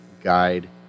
guide